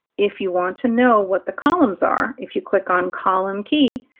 if you want to know what the columns are, if you click on column key,